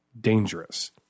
dangerous